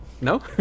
no